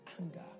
anger